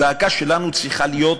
הזעקה שלנו צריכה להיות,